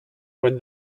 when